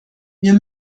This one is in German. wir